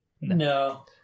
no